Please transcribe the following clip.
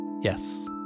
Yes